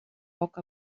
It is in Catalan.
poc